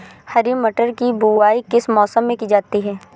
हरी मटर की बुवाई किस मौसम में की जाती है?